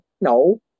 no